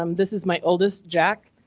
um this is my oldest jack.